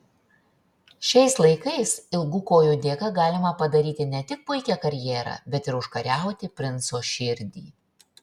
šiais laikais ilgų kojų dėka galima padaryti ne tik puikią karjerą bet ir užkariauti princo širdį